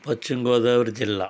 పశ్చిమ గోదావరి జిల్లా